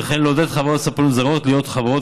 וכן לעודד חברות ספנות זרות להיות חברות